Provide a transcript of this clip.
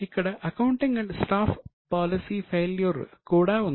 ఇక్కడ accounting and staff policy failure కూడా ఉంది